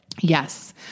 yes